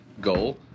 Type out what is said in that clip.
goal